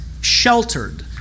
sheltered